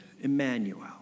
Emmanuel